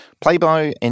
Playboy